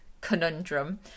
conundrum